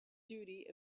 duty